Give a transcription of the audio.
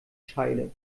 scheide